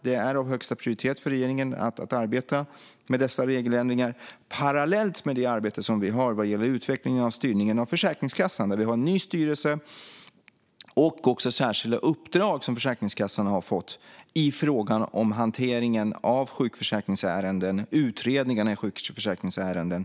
Det är av högsta prioritet för regeringen att arbeta med dessa regeländringar parallellt med det arbete som vi har vad gäller utvecklingen av styrningen av Försäkringskassan, där vi har en ny styrelse, och särskilda uppdrag som Försäkringskassan har fått i frågan om hanteringen av sjukförsäkringsärenden - utredningarna i sjukförsäkringsärenden.